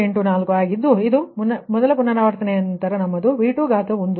0384 ಇದು ಮೊದಲ ಪುನರಾವರ್ತನೆಯ ನಂತರ ನಮ್ಮದು V2 1